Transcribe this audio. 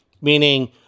meaning